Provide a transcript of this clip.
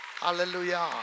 Hallelujah